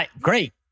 great